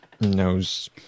knows